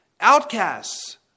outcasts